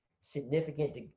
significant